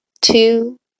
two